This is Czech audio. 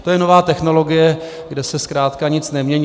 To je nová technologie, kde se zkrátka nic nemění.